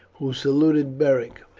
who saluted beric.